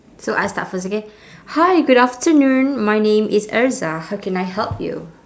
so I start first okay hi good afternoon my name is erza how can I help you